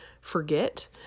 forget